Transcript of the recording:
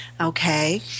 okay